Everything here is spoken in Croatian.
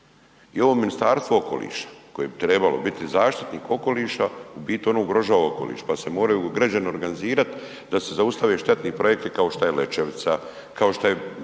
I ovo Ministarstvo okoliša koje bi trebalo biti zaštitnik okoliša u biti ono ugrožava okoliš pa se moraju građani organizirat da se zaustavi štetne projekti kao što je Lećevica, kao što je besmislen